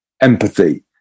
empathy